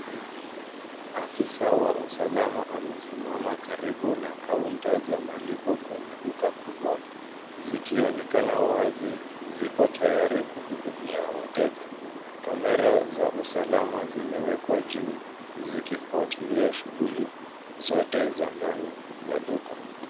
Afisa wa usalama amesimama karibu na kaunta za malipo kwenye duka kubwa zikionekana wazi ziko tayari kuhudumia wateja. Kamera za usalama zimewekwa juu zikifuatilia shughuli zote za ndani za duka.